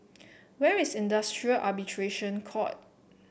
where is Industrial Arbitration Court